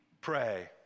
pray